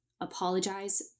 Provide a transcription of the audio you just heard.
apologize